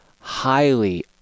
highly